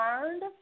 learned